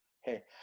hey